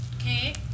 okay